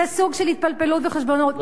זה סוג של התפלפלות וחשבונאות,